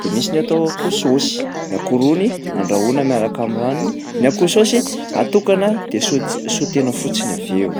de misy ny atao akoho saosy. Ny akoho rony andrahoina miaraka am'ranony, ny akoho saosy atokana de saut- sautena fotsiny avy eo.